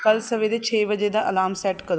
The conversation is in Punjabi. ਕੱਲ੍ਹ ਸਵੇਰੇ ਛੇ ਵਜੇ ਦਾ ਅਲਾਰਮ ਸੈੱਟ ਕਰੋ